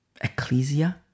Ecclesia